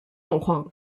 状况